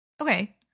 Okay